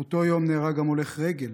באותו יום נהרג גם הולך רגל